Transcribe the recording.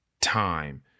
time